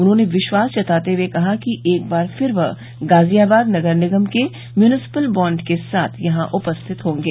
उन्होंने विश्वास जताते हुए कहा कि एक बार फिर वह गाजियाबाद नगर निगम के म्यूनिसिपल बांड के साथ यहां उपस्थित होंगे